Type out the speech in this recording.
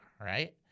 right